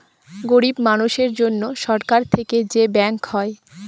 গরিব মানুষের জন্য সরকার থেকে যে ব্যাঙ্ক হয়